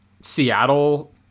Seattle